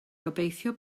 gobeithio